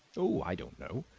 oh, i don't know.